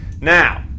now